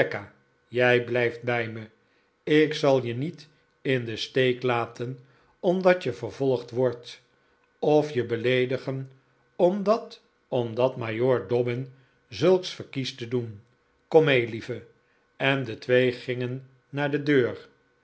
jij blijft bij me ik zal je niet in den steek laten omdat je vervolgd wordt of je beleedigen omdat omdat majoor dobbin zulks verkiest te doen kom mee lieve en de twee gingen naar de deur